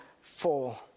fall